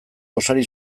gosari